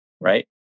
Right